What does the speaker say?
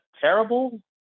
terrible